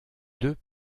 deux